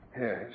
Yes